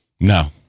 No